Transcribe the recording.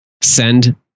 Send